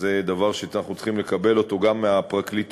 וזה דבר שאנחנו צריכים לקבל גם מהפרקליטות,